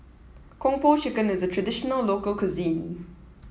Kung Po Chicken is a traditional local cuisine